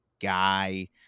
guy